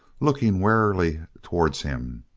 looking warily towards him.